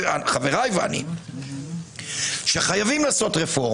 לחוק-יסוד: חופש העיסוק על פסקת ההתגברות